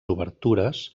obertures